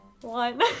One